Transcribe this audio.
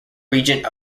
regent